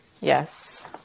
Yes